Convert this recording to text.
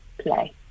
play